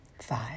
Five